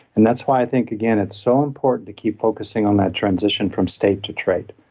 and that's why i think again, it's so important to keep focusing on that transition from state to trait.